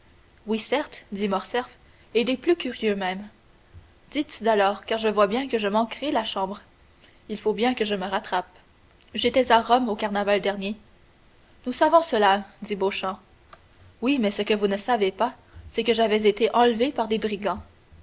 oui certes dit morcerf et des plus curieux même dites alors car je vois bien que je manquerai la chambre il faut bien que je me rattrape j'étais à rome au carnaval dernier nous savons cela dit beauchamp oui mais ce que vous ne savez pas c'est que j'avais été enlevé par des brigands